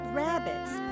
rabbits